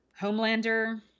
Homelander